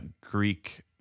Greek